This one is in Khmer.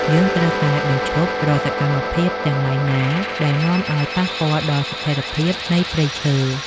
យើងត្រូវតែបញ្ឈប់រាល់សកម្មភាពទាំងឡាយណាដែលនាំឱ្យប៉ះពាល់ដល់ស្ថិរភាពនៃព្រៃឈើ។